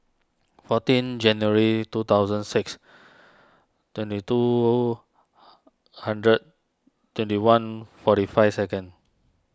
fourteen January two thousand six twenty two hundred twenty one forty five second